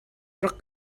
rak